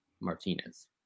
martinez